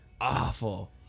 awful